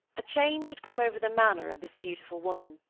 a change had come over the manner of this beautiful woman.